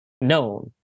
known